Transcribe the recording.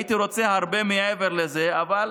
הייתי רוצה הרבה מעבר לזה, אבל